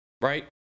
right